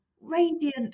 radiant